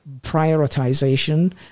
prioritization